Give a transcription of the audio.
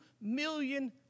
million